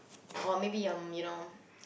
or maybe um you know